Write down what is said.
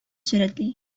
сурәтли